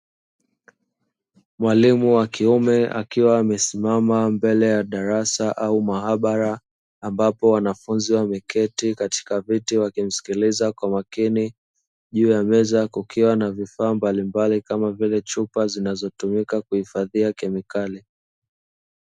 Mwalimu wa kiume akiwa amesimama mbele ya darasa au maabara, ambapo wanafunzi wameketi katika viti wakimsikiliza kwa makini, juu ya meza kukiwa na vifaa mbalimbali kama vile chupa zinazotumika kuhifadhia kemikali.